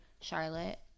Charlotte